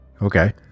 Okay